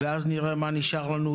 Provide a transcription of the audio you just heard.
ואז נראה מה נשאר לנו.